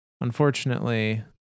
unfortunately